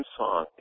song